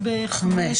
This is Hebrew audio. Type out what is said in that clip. רוויזיה מס' 3,